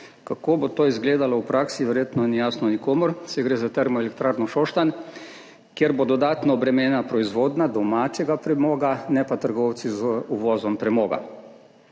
Kako bo to izgledalo v praksi, verjetno ni jasno nikomur, saj gre za Termoelektrarno Šoštanj, kjer bo dodatno obremenjena proizvodnja domačega premoga, ne pa trgovci z uvozom premoga.